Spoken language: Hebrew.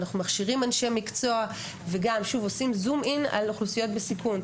אנחנו מכשירים אנשי מקצוע ועושים זום-אין על אוכלוסיות בסיכון.